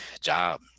job